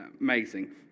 amazing